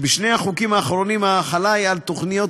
בשני החוקים האחרונים ההחלה היא על תוכניות